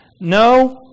No